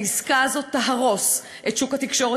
העסקה הזאת תהרוס את שוק התקשורת